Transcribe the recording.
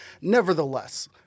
Nevertheless